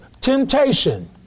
temptation